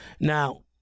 now